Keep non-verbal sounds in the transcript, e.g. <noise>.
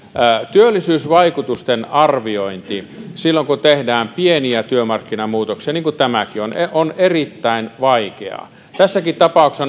työllisyysvaikutusten arviointi silloin kun tehdään pieniä työmarkkinamuutoksia niin kuin tämäkin on on erittäin vaikeaa tässäkin tapauksessa <unintelligible>